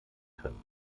können